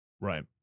Right